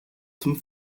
zum